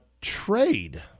trade